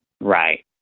Right